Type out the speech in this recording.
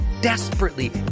desperately